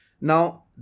Now